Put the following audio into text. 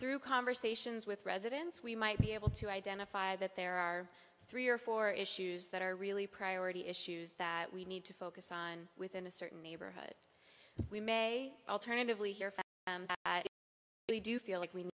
through conversations with residents we might be able to identify that there are three or four issues that are really priority issues that we need to focus on within a certain neighborhood we may alternatively here we do feel like we